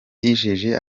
yijeje